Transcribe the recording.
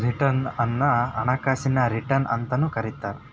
return ಅನ್ನ ಹಣಕಾಸಿನ return ಅಂತಾನೂ ಕರಿತಾರ